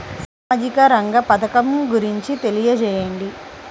సామాజిక రంగ పథకం గురించి తెలియచేయండి?